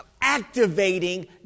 activating